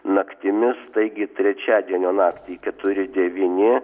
naktimis taigi trečiadienio naktį keturi devyni